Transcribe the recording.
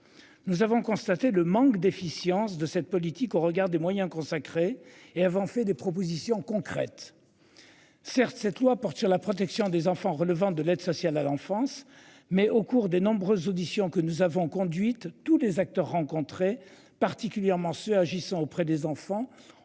Nous avons constaté le manque d'efficience de cette politique au regard des moyens consacrés et avons fait des propositions concrètes. Certes, cette loi porte sur la protection des enfants relevant de l'aide sociale à l'enfance. Mais au cours des nombreuses auditions que nous avons conduite tous les acteurs rencontrés particulièrement agissant auprès des enfants